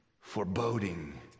foreboding